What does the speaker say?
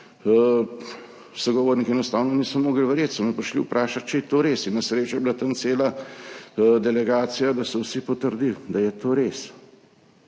sogovorniki enostavno niso mogli verjeti, so me prišli vprašat, če je to res. In na srečo je bila tam cela delegacija, da so vsi potrdili, da je to res.